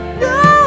no